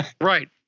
Right